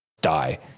die